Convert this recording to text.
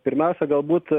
pirmiausia galbūt